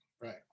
right